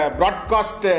broadcast